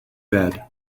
bed